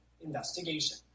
investigation